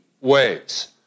ways